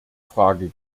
frage